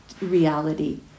reality